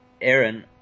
Aaron